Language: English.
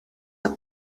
for